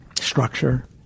structure